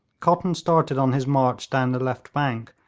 cotton started on his march down the left bank,